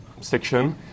section